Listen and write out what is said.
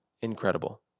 incredible